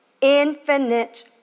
infinite